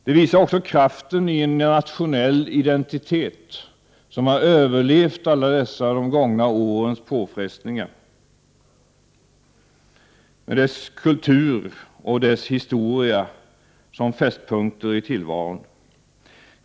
Det visar också kraften i en nationell identitet, som har överlevt alla de gångna årens påfrestningar, med dess kultur och historia som fästpunkter i tillvaron.